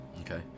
Okay